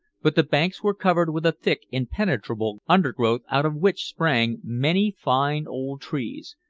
but the banks were covered with a thick impenetrable undergrowth out of which sprang many fine old trees,